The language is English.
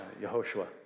Yehoshua